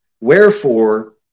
Wherefore